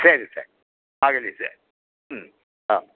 ಸರಿ ಸರ್ ಆಗಲಿ ಸರ್ ಹ್ಞೂ ಹಾಂ